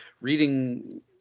reading –